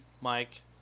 Mike